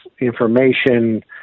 information